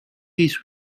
this